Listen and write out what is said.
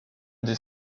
des